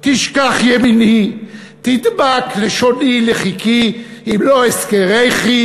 תשכח ימיני, תדבק לשוני לחכי אם לא אזכרכי,